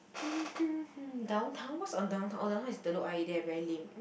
downtown what's on downtown oh downtown is Telok-Ayer there very lame